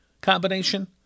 combination